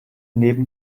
neben